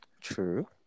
true